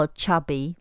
chubby